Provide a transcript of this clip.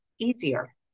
easier